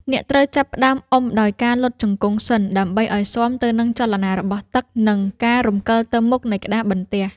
អ្នកត្រូវចាប់ផ្ដើមអុំដោយការលុតជង្គង់សិន ដើម្បីឱ្យស៊ាំទៅនឹងចលនារបស់ទឹក និងការរំកិលទៅមុខនៃក្តារបន្ទះ។